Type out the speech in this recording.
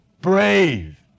brave